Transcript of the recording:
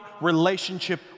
relationship